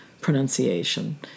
pronunciation